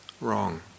wrong